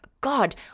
God